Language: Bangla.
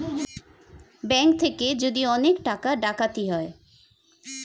ব্যাঙ্ক থেকে যদি অনেক টাকা ডাকাতি হয়